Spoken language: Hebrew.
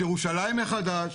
את ירושלים מחדש,